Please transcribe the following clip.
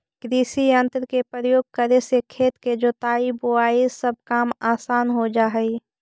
कृषियंत्र के प्रयोग करे से खेत के जोताई, बोआई सब काम असान हो जा हई